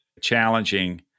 challenging